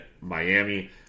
Miami